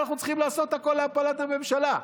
אנחנו צריכים לעשות הכול להפלת הממשלה,